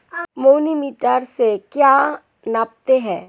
Manometer से क्या नापते हैं?